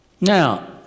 Now